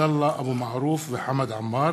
עבדאללה אבו מערוף וחמד עמאר